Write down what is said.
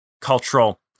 cultural